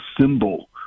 symbol